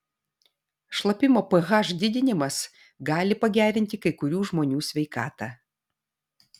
šlapimo ph didinimas gali pagerinti kai kurių žmonių sveikatą